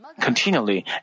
continually